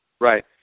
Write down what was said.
Right